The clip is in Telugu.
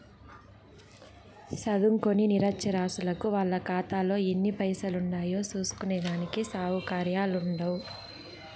సదుంకోని నిరచ్చరాసులకు వాళ్ళ కాతాలో ఎన్ని పైసలుండాయో సూస్కునే దానికి సవుకర్యాలుండవ్